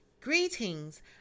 Greetings